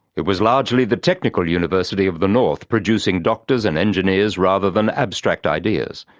it was largely the technical university of the north, producing doctors and engineers rather than abstract ideas.